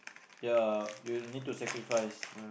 ya you need to sacrifice